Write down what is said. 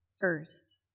first